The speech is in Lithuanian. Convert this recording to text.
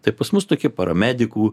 tai pas mus tokie paramedikų